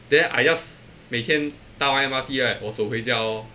then I just 每天搭 M_R_T right 我走回家 lor